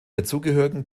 dazugehörigen